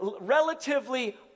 relatively